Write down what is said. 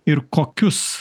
ir kokius